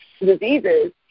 diseases